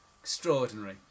Extraordinary